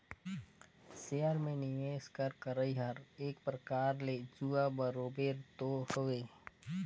share में निवेस कर करई हर एक परकार ले जुआ बरोबेर तो हवे